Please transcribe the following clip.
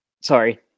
Sorry